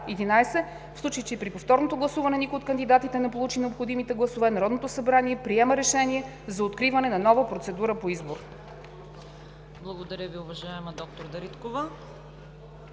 11. В случай че и при повторното гласуване никой от кандидатите не получи необходимите гласове, Народното събрание приема решение за откриване на нова процедура за избор.“